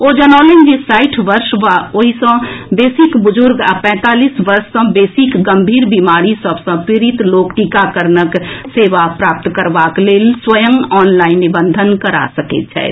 ओ जनौलनि जे साठि वर्ष वा ओहि सँ बेसीक बुजूर्ग आ पैंतालीस वर्ष सँ बेसीक गंभीर बीमारी सभ सँ पीडित लोक टीकाकरणक सेवा प्राप्त करबाक लेल स्वयं ऑनलाईन निबंधन करा सकैत छथि